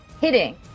hitting